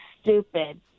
stupid